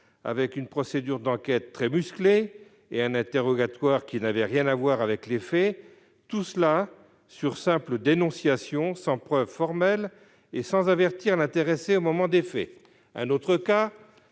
d'une procédure d'enquête très musclée et d'un interrogatoire qui n'avait rien à voir avec les faits, tout cela sur simple dénonciation, sans preuve formelle et sans que l'intéressée soit avertie au moment des faits. Autre